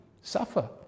suffer